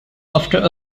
after